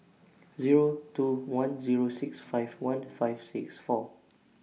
Zero two one Zero six five one five six four